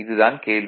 இது தான் கேள்வி